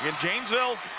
and janesville,